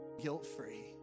guilt-free